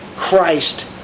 Christ